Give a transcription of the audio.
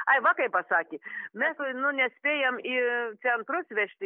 ai va kaip pasakė mes nu nespėjam į centrus vežti